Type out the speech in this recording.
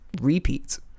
repeats